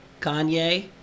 Kanye